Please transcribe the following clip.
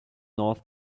north